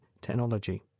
technology